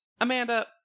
Amanda